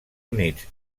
units